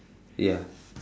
ya